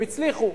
והם הצליחו.